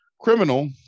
criminal